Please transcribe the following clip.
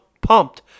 pumped